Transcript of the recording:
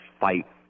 fight